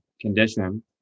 condition